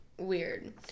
weird